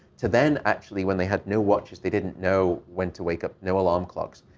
to then, actually, when they had no watch, they didn't know when to wake up, no alarm clocks,